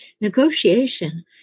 negotiation